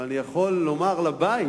אני יכול לומר לבית